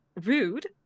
rude